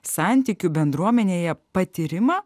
santykių bendruomenėje patyrimą